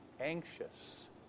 anxious